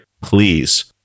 please